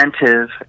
incentive